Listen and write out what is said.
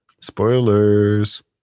Spoilers